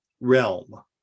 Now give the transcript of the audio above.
realm